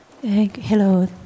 Hello